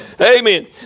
Amen